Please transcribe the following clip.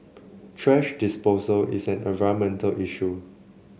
thrash disposal is an environmental issue